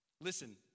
Listen